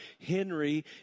Henry